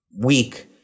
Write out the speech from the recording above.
weak